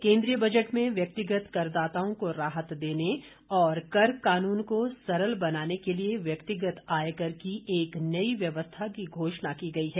केन्द्रीय बजट में व्यक्तिगत करदाताओं को राहत देने और कर कानून को सरल बनाने के लिए व्यक्तिगत आयकर की एक नई व्यवस्था की घोषणा की गई है